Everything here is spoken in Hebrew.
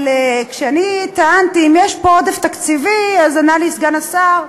כשאני טענתי שיש פה עודף תקציבי, ענה לי סגן השר: